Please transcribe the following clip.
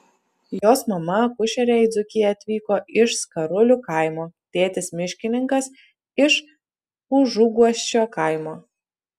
jos mama akušerė į dzūkiją atvyko iš skarulių kaimo tėtis miškininkas iš užuguosčio kaimo